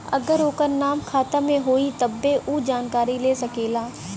अगर ओकर नाम खाता मे होई तब्बे ऊ जानकारी ले सकेला